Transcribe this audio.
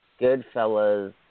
Goodfellas